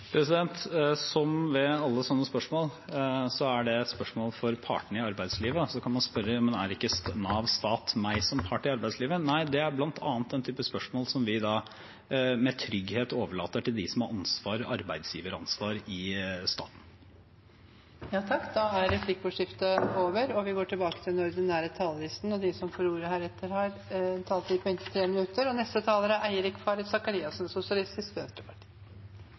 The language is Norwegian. Som ved alle slike spørsmål, er det et spørsmål for partene i arbeidslivet. Så kan man spørre: Men er ikke Nav Stat meg som part i arbeidslivet? Nei, det er bl.a. den type spørsmål som vi med trygghet overlater til dem som har arbeidsgiveransvar i staten. Replikkordskiftet er omme. De talerne som heretter får ordet, har en taletid, har en taletid på inntil 3 minutter. Eg vil gjerne seia noko litt personleg. Sjølv om det kanskje ikkje er